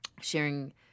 sharing